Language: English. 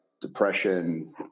depression